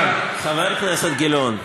חבר הכנסת גילאון,